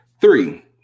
three